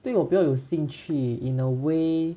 对我比较有兴趣 in a way